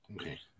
Okay